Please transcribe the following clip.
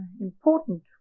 important